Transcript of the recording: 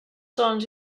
sons